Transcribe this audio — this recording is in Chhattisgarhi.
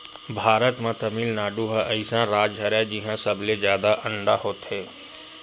भारत म तमिलनाडु ह अइसन राज हरय जिंहा सबले जादा अंडा होथे